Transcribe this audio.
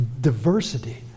diversity